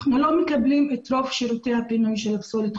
אנחנו לא מקבלים את רוב שירותי הפינוי של הפסולת,